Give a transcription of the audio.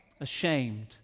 ashamed